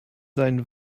seinem